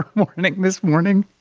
ah morning this morning.